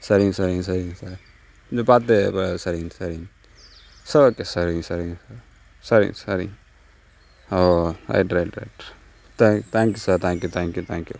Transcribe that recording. சரிங்க சரிங்க சரிங்க சார் இந்த பாத்து இப்ப சரிங்க சரிங்க சார் ஓகே சரிங்க சரிங்க சார் சரிங் சரிங் oh right right right thank thanks sir thank you thank you thank you